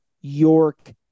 York